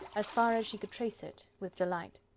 as far as she could trace it, with delight.